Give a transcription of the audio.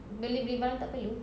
beli beli barang tak perlu